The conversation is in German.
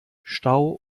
stau